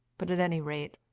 but, at any rate,